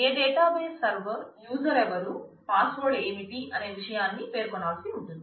ఏ database server user ఎవరు password ఏమిటి అనే విషయాన్ని పేర్కొనాల్సి ఉంటుంది